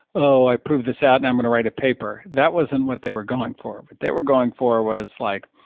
oh, i proved this out and i'm going to write a paper. that wasn't what they were going for what but they were going for was like,